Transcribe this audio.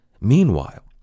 Meanwhile